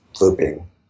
looping